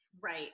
Right